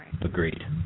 Agreed